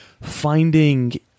finding